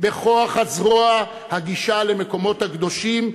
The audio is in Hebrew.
בכוח הזרוע הגישה למקומות הקדושים,